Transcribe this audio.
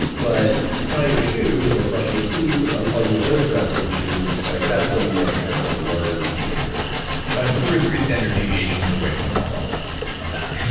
but tying your shoes or brushing your teeth or unplugging the toaster after each use, like that's a more careful learned behavior so i'm two or three standard deviations away from normal on that.